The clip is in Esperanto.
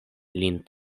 lin